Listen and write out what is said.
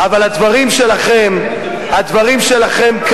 אבל הדברים שלכם כאן,